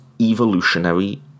evolutionary